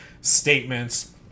statements